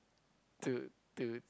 to to